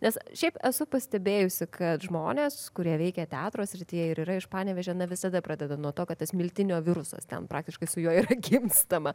nes šiaip esu pastebėjusi kad žmonės kurie veikia teatro srityje ir yra iš panevėžio na visada pradeda nuo to kad tas miltinio virusas ten praktiškai su juo ir gimstama